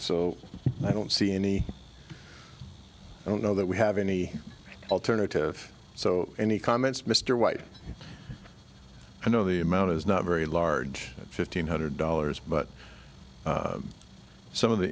so i don't see any i don't know that we have any alternative so any comments mr white i know the amount is not very large fifteen hundred dollars but some of the